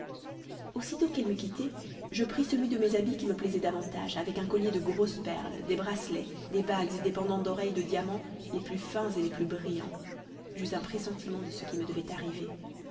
aussitôt qu'elle m'eut quittée je pris celui de mes habits qui me plaisait davantage avec un collier de grosses perles des bracelets des bagues et des pendants d'oreilles de diamants les plus fins et les plus brillants j'eus un pressentiment de ce qui me devait arriver